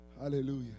Hallelujah